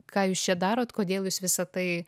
ką jūs čia darot kodėl jūs visa tai